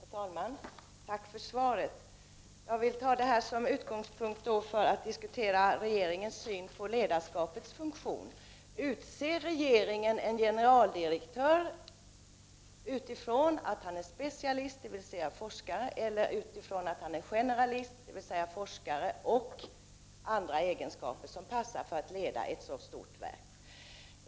Herr talman! Tack för svaret. Jag vill ta det här som utgångspunkt för att diskutera regeringens syn på ledarskapets funktion. Utser regeringen en generaldirektör utifrån att han är specialist, dvs. forskare, eller utifrån att han är generalist, dvs. forskare med andra egenskaper, som passar för den som skall leda ett stort verk?